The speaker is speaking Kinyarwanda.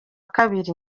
kabiri